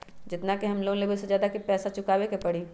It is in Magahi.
जेतना के हम लोन लेबई ओ से ज्यादा के हमरा पैसा चुकाबे के परी?